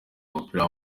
umupira